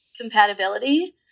compatibility